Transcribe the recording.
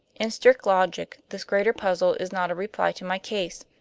in strict logic, this greater puzzle is not a reply to my case.